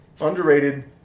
underrated